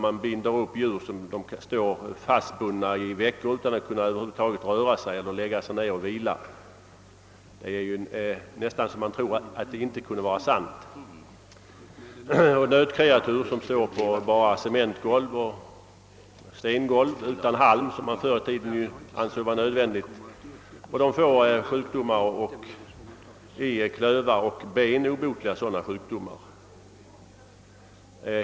Man binder upp djur, som står fastbundna i veckor utan att de kan lägga sig ned och vila. Det är nästan så att man tror att det inte kan vara sant. Nötkreatur får stå på cementgolv och stengolv utan halm, som förr i tiden ansågs nödvändig. De får också obotliga sjukdomar i klövar och ben.